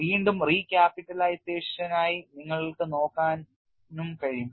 വീണ്ടും റീക്യാപിറ്റലൈസേഷനായി നിങ്ങൾക്ക് നോക്കാനും കഴിയും